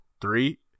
three